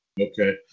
okay